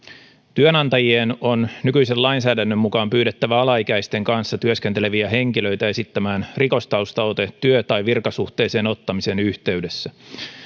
työnantajien on nykyisen lainsäädännön mukaan pyydettävä alaikäisten kanssa työskenteleviä henkilöitä esittämään rikostaustaote työ tai virkasuhteeseen ottamisen yhteydessä